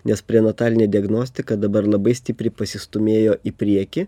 nes prenatalinė diagnostika dabar labai stipriai pasistūmėjo į priekį